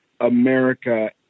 America